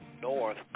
north